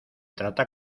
trata